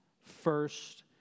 first